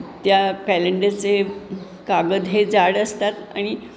त्या पॅलेंडरचे कागद हे जाड असतात आणि